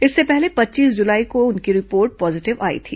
इससे पहले पच्चीस जुलाई को भी उनकी रिपोर्ट पॉजीटिव आई थी